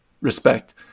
respect